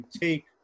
take